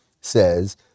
says